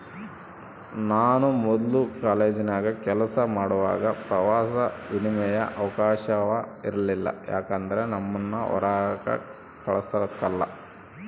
ನಾನು ಮೊದ್ಲು ಕಾಲೇಜಿನಾಗ ಕೆಲಸ ಮಾಡುವಾಗ ಪ್ರವಾಸ ವಿಮೆಯ ಅವಕಾಶವ ಇರಲಿಲ್ಲ ಯಾಕಂದ್ರ ನಮ್ಮುನ್ನ ಹೊರಾಕ ಕಳಸಕಲ್ಲ